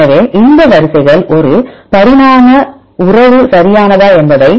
எனவே இந்த வரிசைகள் ஒரு பரிணாம உறவு சரியானதா என்பதை